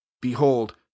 Behold